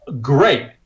great